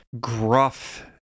gruff